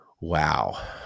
Wow